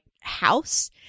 house